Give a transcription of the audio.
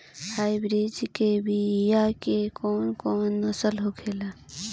Hybrid बीया के कौन कौन नस्ल होखेला?